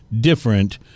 different